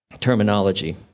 terminology